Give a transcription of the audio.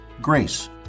grace